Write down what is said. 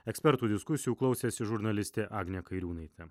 ekspertų diskusijų klausėsi žurnalistė agnė kairiūnaitė